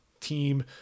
team